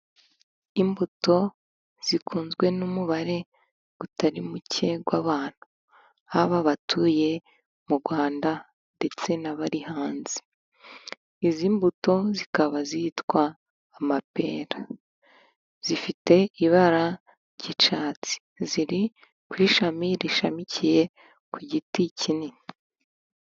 Imbuto zikunzwe n'umubare utari muke w'abantu, haba abatuye mu Rwanda ndetse n'abari hanze, izi mbuto zikaba zitwa amapera zifite ibara ry'icyatsi, ziri ku ishami rishamikiye ku giti kinini.